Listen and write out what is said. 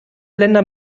länder